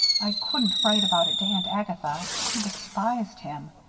i couldn't write about it to aunt agatha she despised him.